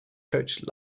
coach